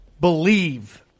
believe